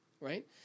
Right